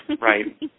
right